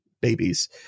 babies